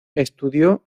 estudió